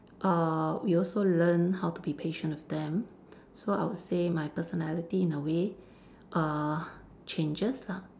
err we also learn how to be patient of them so I would say my personality in a way err changes lah